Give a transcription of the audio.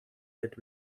that